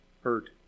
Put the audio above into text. hurt